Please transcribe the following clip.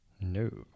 No